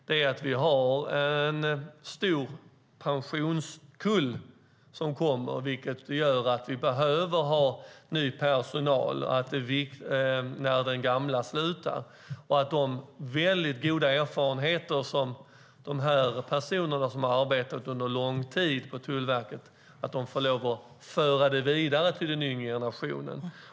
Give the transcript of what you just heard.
Vi har nämligen framför oss en stor pensionskull och behöver därför ny personal när den gamla slutar. De mycket goda erfarenheter som de som under lång tid arbetat vid Tullverket skaffat sig måste föras vidare till den yngre generationen.